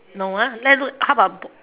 no ah let look how about book